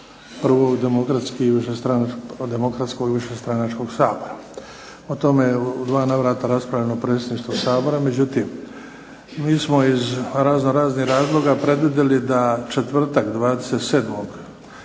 demokratskog višestranačkog Sabora. O tome je u 2 navrata raspravilo predsjedništvo Sabora međutim mi smo iz razno raznih razloga predvidjeli da četvrtak 27-og